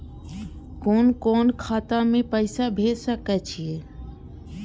कुन कोण खाता में पैसा भेज सके छी?